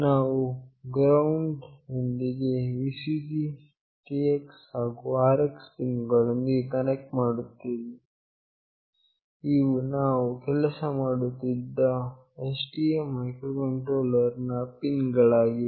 ನಾನು GND ಯೊಂದಿಗೆ Vcc TX ಹಾಗು RX ಪಿನ್ ಗಳೊಂದಿಗೆ ಕನೆಕ್ಟ್ ಮಾಡುತ್ತೇನೆ ಇವು ನಾವು ಕೆಲಸ ಮಾಡುತ್ತಿದ್ದ STM ಮೈಕ್ರೋಕಂಟ್ರೋಲರ್ ನ ಪಿನ್ ಗಳಾಗಿವೆ